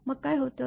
मग काय होतं